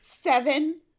seven